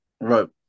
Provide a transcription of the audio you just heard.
right